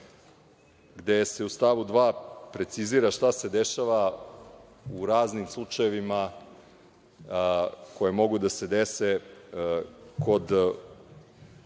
gde se u stavu 2. precizira šta se dešava u raznim slučajevima koje mogu da se dese kod